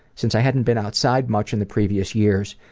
since i hadn't been outside much in the previous years,